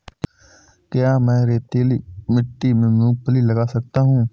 क्या मैं रेतीली मिट्टी में मूँगफली लगा सकता हूँ?